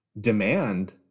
demand